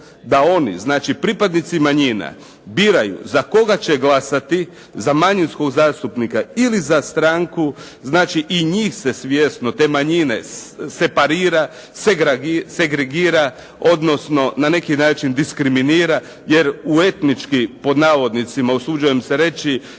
da oni znači pripadnici manjina biraju za koga će glasati ili za manjinskog zastupnika ili za stranku znači i njih se svjesno, te manjine separira, segregira odnosno na neki način diskriminira, jer u etnički pod navodnicima, usuđujem se reći